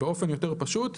באופן פשוט יותר.